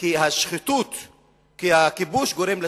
כי הכיבוש גורם לשחיתות,